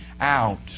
out